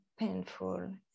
painful